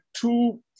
two